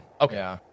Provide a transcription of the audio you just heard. Okay